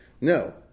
No